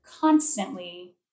constantly